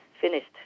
finished